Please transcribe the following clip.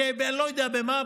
לא יודע במה,